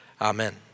Amen